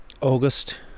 August